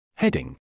Heading